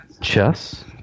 Chess